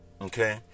Okay